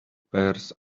pears